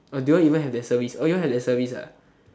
or do you all even have that service oh you all have that service ah